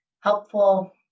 helpful